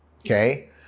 Okay